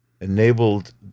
enabled